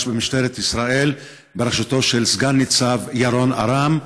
במשטרת ישראל בראשותו של סגן ניצב ירון ארם.